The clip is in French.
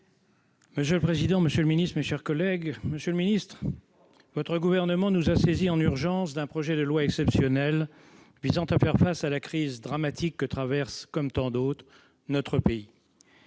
Monsieur le président, monsieur le ministre, mes chers collègues, le Gouvernement nous a saisis en urgence d'un projet de loi exceptionnel visant à faire face à la crise dramatique que notre pays, comme tant d'autres, traverse.